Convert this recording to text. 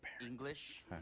English